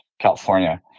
California